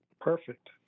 Perfect